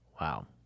Wow